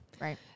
Right